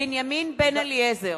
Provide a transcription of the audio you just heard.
בנימין בן-אליעזר,